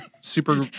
super